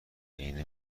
عینه